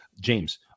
James